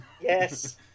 Yes